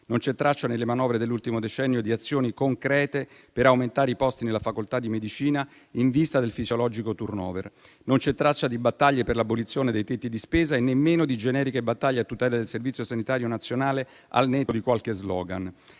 Non c'è traccia, nelle manovre dell'ultimo decennio, di azioni concrete per aumentare i posti nella facoltà di medicina in vista del fisiologico *turnover*. Non c'è traccia di battaglie per l'abolizione dei tetti di spesa e nemmeno di generiche battaglie a tutela del Servizio sanitario nazionale, al netto di qualche *slogan*.